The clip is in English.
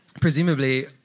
presumably